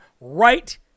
right